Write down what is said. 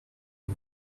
and